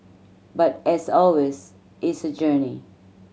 but as always it's a journey